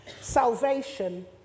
salvation